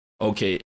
Okay